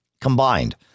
combined